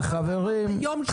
חברים.